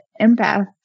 empath